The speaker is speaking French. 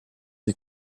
des